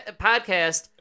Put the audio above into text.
Podcast